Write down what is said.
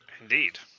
Indeed